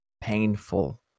painful